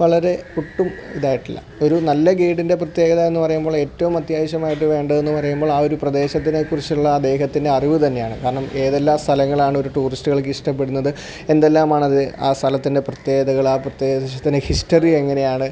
വളരെ ഒട്ടും ഇതായിട്ടില്ല ഒരു നല്ല ഗേയ്ഡിന്റെ പ്രത്യേകതയെന്നു പറയുമ്പോൾ ഏറ്റവും അത്യാവശ്യമായിട്ടു വേണ്ടതെന്നു പറയുമ്പോൾ ആ ഒരു പ്രദേശത്തിനെ കുറിച്ചുള്ള അദ്ദേഹത്തിന്റെ അറിവു തന്നെയാണ് കാരണം ഏതെല്ലാം സ്ഥലങ്ങളാണൊരു ടൂറിസ്റ്റുകൾക്കിഷ്ടപ്പെടുന്നത് എന്തെല്ലാമാണത് ആ സ്ഥലത്തിന്റെ പ്രത്യേകതകൾ ആ പ്രദേശത്തിന്റെ ഹിസ്റ്ററിയെങ്ങനെയാണ്